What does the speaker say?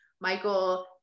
Michael